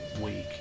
week